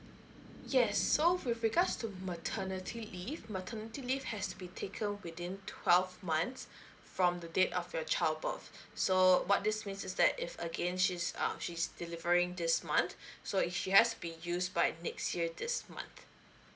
yes so with regards to maternity leave maternity leave has to be taken within twelve months from the date of your child birth so what this means is that if again she's um she's delivering this month so it has to be used by next year this month